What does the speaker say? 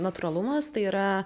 natūralumas tai yra